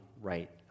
right